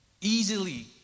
Easily